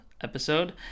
episode